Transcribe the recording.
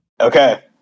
okay